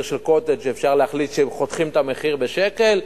של "קוטג'" שאפשר להחליט שאם חותכים את המחיר שלו בשקל,